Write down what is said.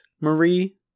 Marie